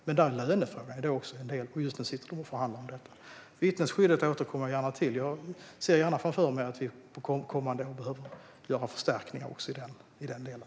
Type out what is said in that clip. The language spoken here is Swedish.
Där är även lönefrågan en del, och just nu sitter man och förhandlar om detta. Vittnesskyddet återkommer jag gärna till; jag ser framför mig att vi framöver behöver göra förstärkningar också i den delen.